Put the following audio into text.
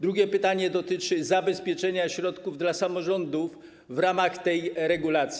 Drugie pytanie dotyczy zabezpieczenia środków dla samorządów w ramach tej regulacji.